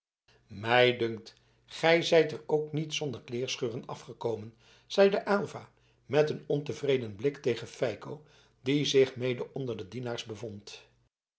mij dunkt gij zijt er ook niet zonder kleerscheuren afgekomen zeide aylva met een ontevreden blik tegen feiko die zich mede onder de dienaars bevond